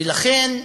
ולכן,